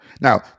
Now